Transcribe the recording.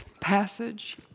passage